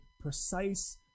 precise